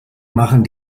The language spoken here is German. machen